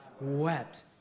wept